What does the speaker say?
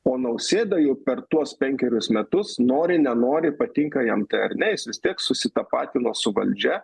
o nausėda jau per tuos penkerius metus nori nenori patinka jam ar nes vis tiek susitapatino su valdžia